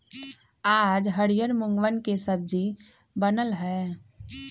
आज हरियर मूँगवन के सब्जी बन लय है